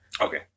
okay